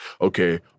Okay